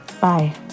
Bye